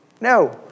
no